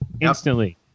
instantly